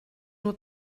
nur